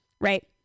right